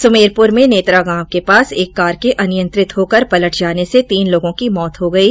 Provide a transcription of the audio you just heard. सुमेरपुर में नेतरा गांव के पास एक कार के अनियंत्रित होकर पलट जाने से तीन लोगों की मौत हो गयी